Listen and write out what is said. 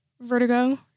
Vertigo